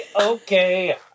okay